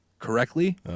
Correctly